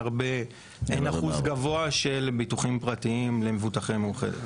אחוז גבוה של ביטוחים פרטיים למבוטחי מאוחדת.